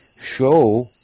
show